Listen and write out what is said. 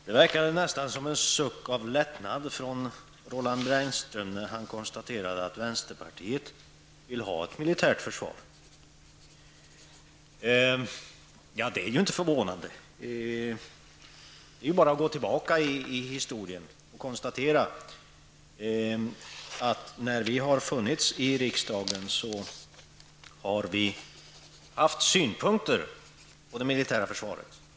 Herr talman! Det verkade nästan som en suck av lättnad från Roland Brännström när han konstaterade att vänsterpartiet vill ha ett militärt försvar. Ja, det är inte förvånande. Man behöver bara gå tillbaka till historien. När vi har varit med i riksdagen har vi haft synpunkter på det militära försvaret.